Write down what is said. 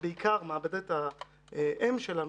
ובעיקר מעבדת האם שלנו,